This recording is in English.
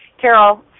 Carol